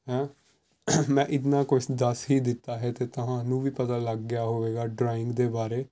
ਹੈਂ ਮੈਂ ਕਿੰਨਾ ਕੁਝ ਦੱਸ ਹੀ ਦਿੱਤਾ ਹੈ ਤਾਂ ਤੁਹਾਨੂੰ ਵੀ ਪਤਾ ਲੱਗ ਗਿਆ ਹੋਵੇਗਾ ਡਰਾਇੰਗ ਦੇ ਬਾਰੇ